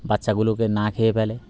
বাচ্চাগুলোকে না খেয়ে ফেলে